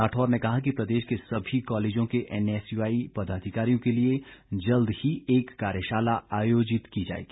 राठौर ने कहा कि प्रदेश के सभी कॉलेजों के एनएसयूआई पदाधिकारियों के लिए जल्द ही एक कार्यशाला आयोजित की जाएगी